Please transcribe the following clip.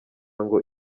ngo